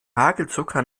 hagelzucker